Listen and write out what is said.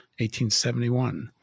1871